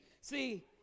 see